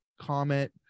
comment